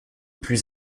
plus